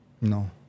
No